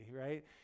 right